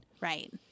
Right